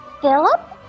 Philip